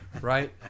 right